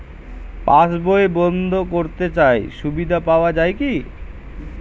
পাশ বই বন্দ করতে চাই সুবিধা পাওয়া যায় কি?